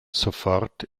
sofort